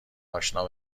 آشنا